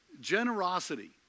generosity